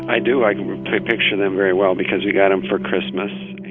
i do, i can picture them very well because we got them for christmas,